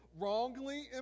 wrongly